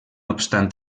obstant